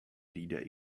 leader